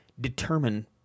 determine